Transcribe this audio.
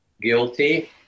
guilty